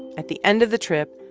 at the end of the trip,